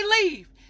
leave